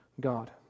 God